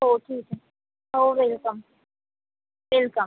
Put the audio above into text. हो ठीक आहे हो वेलकम वेलकम